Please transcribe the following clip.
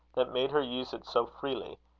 that made her use it so freely,